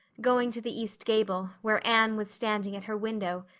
going to the east gable, where anne was standing at her window,